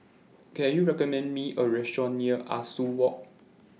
Can YOU recommend Me A Restaurant near Ah Soo Walk